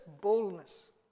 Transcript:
boldness